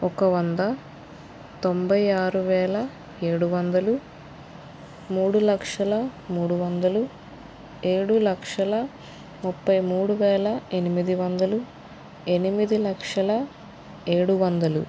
ఒక వంద తొంభై ఆరు వేల ఏడు వందలు మూడు లక్షల మూడు వందలు ఏడు లక్షల ముప్పై మూడు వేల ఎనిమిది వందలు ఎనిమిది లక్షల ఏడు వందలు